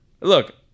look